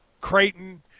Creighton